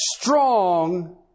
strong